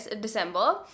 December